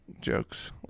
jokes